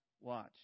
watch